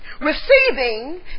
Receiving